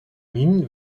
minen